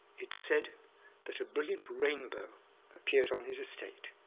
it's said that a brilliant rainbow appeared on his estate,